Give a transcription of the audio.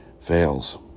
fails